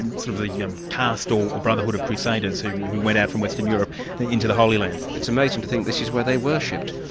and sort of the yeah um cast of brotherhood of crusaders who who went out from western europe into the holy land. it's amazing to think this is where they worshipped.